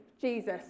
Jesus